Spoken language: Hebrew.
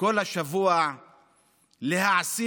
כל השבוע להעסיק